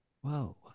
Whoa